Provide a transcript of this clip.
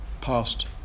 past